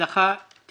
שלום לכולם,